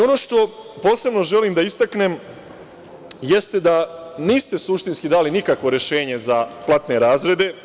Ono što posebno želim da istaknem jeste niste suštinski dali nikakvo rešenje za platne razrede.